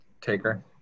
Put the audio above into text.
Taker